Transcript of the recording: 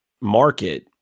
market